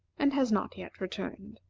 and has not yet returned.